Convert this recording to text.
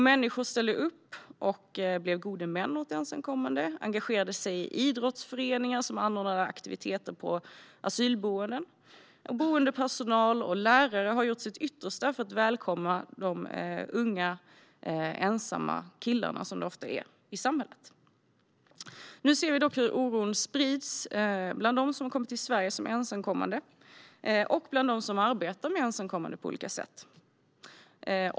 Människor ställde upp och blev gode män åt ensamkommande och engagerade sig i idrottsföreningar som anordnade aktiviteter på asylboenden, och boendepersonal och lärare har gjort sitt yttersta för att välkomna de unga ensamma killarna, som det ofta är, i samhället. Nu ser vi dock hur oron sprids bland dem som kommit till Sverige som ensamkommande och bland dem som arbetar med ensamkommande på olika sätt.